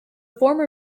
former